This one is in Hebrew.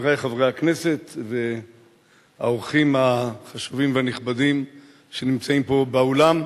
חברי חברי הכנסת והאורחים החשובים והנכבדים שנמצאים פה באולם,